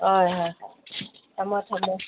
ꯍꯣꯏ ꯍꯣꯏ ꯊꯝꯃꯣ ꯊꯝꯃꯣ